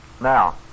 Now